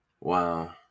Wow